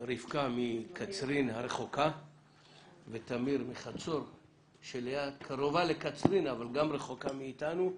רבקה מקצרין הרחוקה ותמיר מחצור שקרובה לקצרין אבל גם רחוקה מאיתנו,